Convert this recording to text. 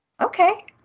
Okay